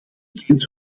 bekend